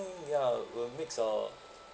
mm ya will makes our